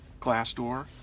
Glassdoor